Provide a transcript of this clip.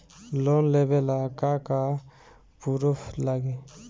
Loan लेबे ला का का पुरुफ लागि?